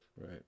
Right